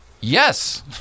Yes